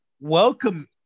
Welcome